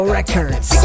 Records